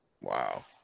Wow